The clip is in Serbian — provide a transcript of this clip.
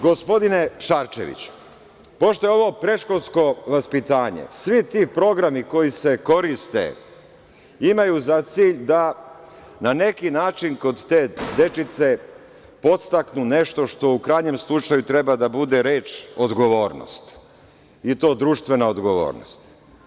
Gospodine Šarčeviću, pošto je ovo predškolsko vaspitanje, svi ti programi koji se koriste imaju za cilj da na neki način kod te dečice podstaknu nešto što u krajnjem slučaju treba da bude reč odgovornost, i to društvena odgovornost.